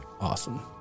Awesome